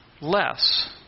less